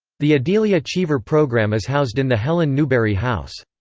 the adelia cheever program is housed in the helen newberry house.